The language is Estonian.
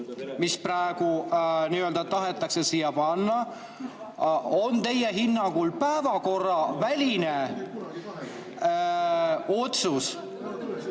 mis praegu tahetakse siia panna, on teie hinnangul päevakorraväline otsus